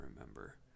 remember